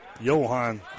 Johan